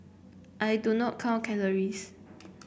I do not count calories